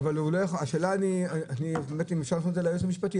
אולי אפשר להפנות את השאלה ליועץ המשפטי.